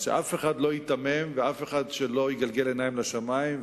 אז שאף אחד לא ייתמם ולא יגלגל עיניים לשמים.